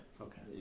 Okay